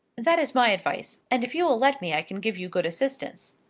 that is my advice, and if you will let me i can give you good assistance.